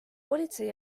politsei